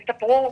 תספרו,